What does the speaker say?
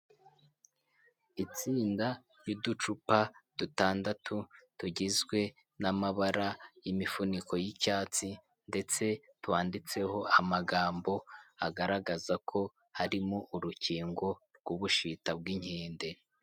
Itsinda ry'uducupa dutandatu tugizwe n'amabara y'imifuniko y'icyatsi, ndetse twanditseho amagambo agaragaza ko harimo urukingo rw'ubushita bw'inkende.